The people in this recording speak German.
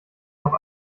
noch